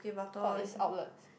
orh is outlets